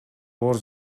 оор